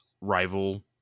rival